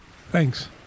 Thanks